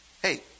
Hey